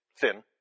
thin